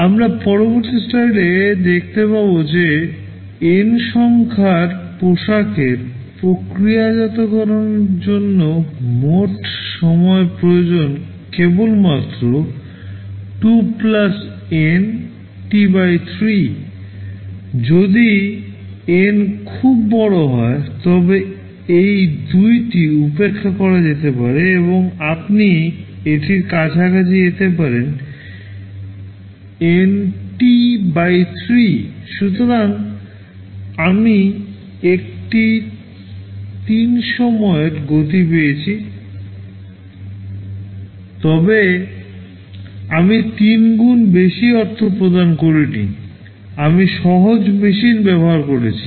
আমরা পরবর্তী স্লাইডে দেখতে পাব যে এন সংখ্যার পোশাকের প্রক্রিয়াজাতকরণের জন্য মোট সময় প্রয়োজন কেবলমাত্র T 3 যদি এন খুব বড় হয় তবে এই 2 T উপেক্ষা করা যেতে পারে এবং আপনি এটির কাছাকাছি যেতে পারেন NT 3 সুতরাং আমি একটি 3 সময়ের গতি পেয়েছি তবে আমি 3 গুণ বেশি অর্থ প্রদান করিনি আমি সহজ মেশিন ব্যবহার করছি